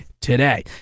today